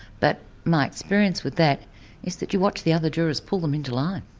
but my experience with that is that you watch the other jurors pull them into line.